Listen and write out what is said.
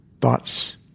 thoughts